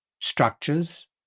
structures